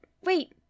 Wait